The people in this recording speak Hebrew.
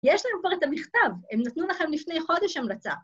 ‫יש להם כבר את המכתב, ‫הם נתנו לכם לפני חודש המלצה.